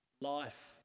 Life